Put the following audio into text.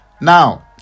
Now